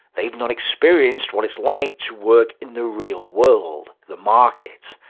they've not experienced what it's like to work in the real world the market.